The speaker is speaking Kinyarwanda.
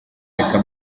reka